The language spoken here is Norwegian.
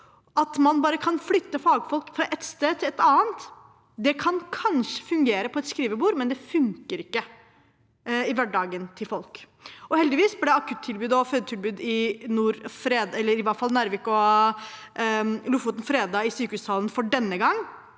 at man bare kan flytte fagfolk fra ett sted til et annet, kan kanskje fungere på et skrivebord, men det funker ikke i hverdagen til folk. Heldigvis ble akuttilbud og fødetilbud i hvert fall i Narvik og Lofoten fredet i sykehustalen for denne gang,